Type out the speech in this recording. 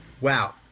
Wow